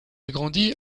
grandi